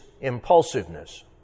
impulsiveness